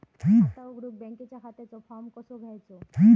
खाता उघडुक बँकेच्या खात्याचो फार्म कसो घ्यायचो?